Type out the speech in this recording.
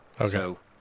Okay